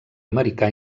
americà